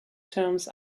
terms